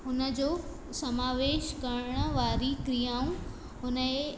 हुन जो समावेश करणु वारी क्रिआऊं हुन जे